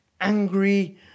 angry